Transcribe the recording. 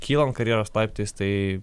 kylant karjeros laiptais tai